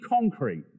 concrete